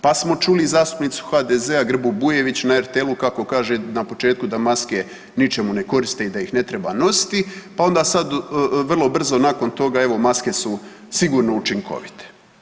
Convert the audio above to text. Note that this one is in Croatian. Pa smo čuli i zastupnicu HDZ-a Grbu Bujević na RTL-u kako kaže na početku da maske ničemu ne koriste i da ih ne treba nositi, pa onda sad vrlo brzo nakon toga evo maske su sigurno učinkovite.